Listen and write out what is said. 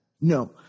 No